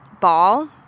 ball